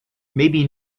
maybe